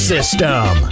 System